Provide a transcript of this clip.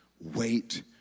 wait